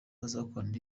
bazakorana